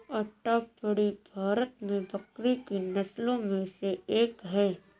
अट्टापडी भारत में बकरी की नस्लों में से एक है